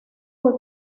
fue